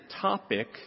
topic